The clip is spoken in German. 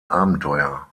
abenteuer